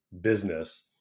business